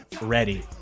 ready